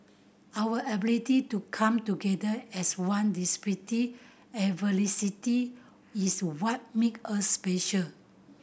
our ability to come together as one adversity is what make us special